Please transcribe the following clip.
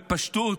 בפשטות,